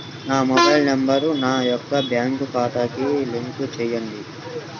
నా mobile number నా యొక్క బ్యాంక్ ఖాతాకి లింక్ చేయండీ?